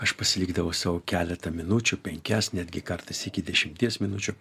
aš pasilikdavau sau keletą minučių penkias netgi kartais iki dešimties minučių